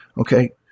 Okay